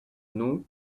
know